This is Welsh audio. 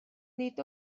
nid